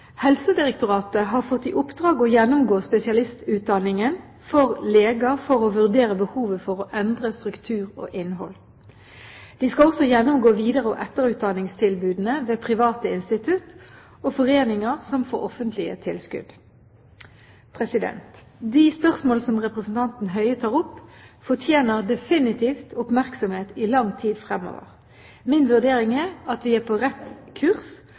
Helsedirektoratet har fått i oppdrag å gjennomgå spesialistutdanningen for leger for å vurdere behovet for å endre struktur og innhold. De skal også gjennomgå videre- og etterutdanningstilbudene ved private institutter og foreninger som får offentlige tilskudd. De spørsmål som representanten Høie tar opp, fortjener definitivt oppmerksomhet i lang tid fremover. Min vurdering er at vi er på rett kurs